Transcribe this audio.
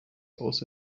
also